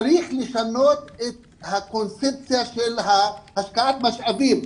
צריך לפנות את הקונספציה של השקעת משאבים.